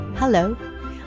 Hello